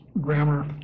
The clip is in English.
grammar